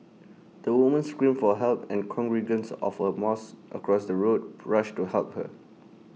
the woman screamed for help and congregants of A mosque across the road rushed to help her